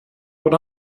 what